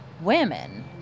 women